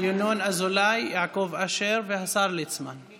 התש"ף 2020, מהוועדה המיוחדת